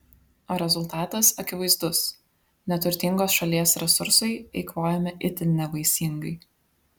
o rezultatas akivaizdus neturtingos šalies resursai eikvojami itin nevaisingai